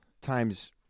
times